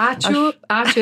ačiū ačiū